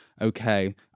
okay